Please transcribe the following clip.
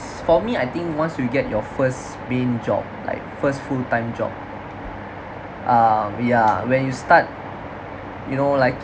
for me I think once you get your first main job like first full time job uh we are when you start you know like